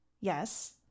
Yes